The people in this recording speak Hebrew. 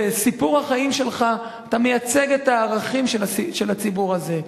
בסיפור החיים שלך אתה מייצג את הערכים של הציבור הזה,